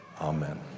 Amen